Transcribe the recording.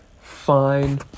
Fine